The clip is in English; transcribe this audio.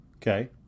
Okay